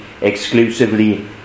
exclusively